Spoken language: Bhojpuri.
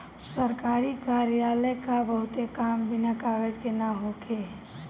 सरकारी कार्यालय क बहुते काम बिना कागज के ना होई